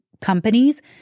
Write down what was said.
companies